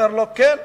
אומר לו: כן.